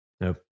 Nope